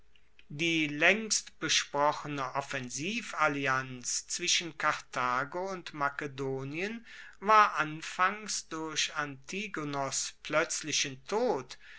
die laengstbesprochene offensivallianz zwischen karthago und makedonien war anfangs durch antigonos ploetzlichen tod